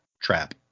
trap